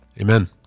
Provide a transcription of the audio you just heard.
Amen